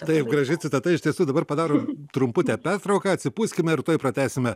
taip graži citata iš tiesų dabar padaro trumputę pertrauką atsipūskime ir tuoj pratęsime